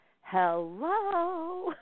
hello